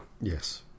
Yes